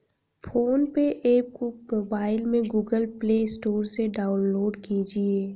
phone पे app को mobile में गूगल प्ले स्टोर से डाउनलोड कीजिए